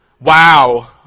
wow